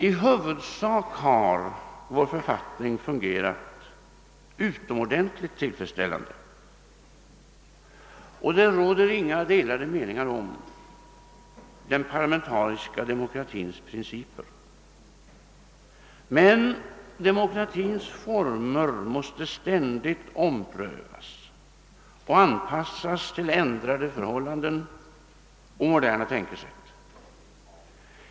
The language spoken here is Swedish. I huvudsak har vår författning fungerat utomordentligt tillfredsställande, och det råder inga delade meningar om den parlamentariska demokratins principer. Men demokratins former måste ständigt omprövas och anpassas till ändrade förhållanden och moderna tänkesätt.